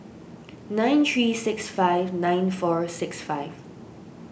nine three six five nine four six five